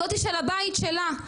זאת שהבית שלה,